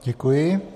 Děkuji.